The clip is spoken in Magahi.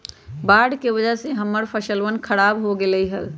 बाढ़ के वजह से हम्मर फसलवन खराब हो गई लय